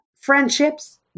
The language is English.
friendships